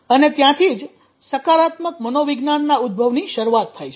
અને ત્યાંથી જ સકારાત્મક મનોવિજ્ઞાનના ઉદભવની શરૂઆત થાય છે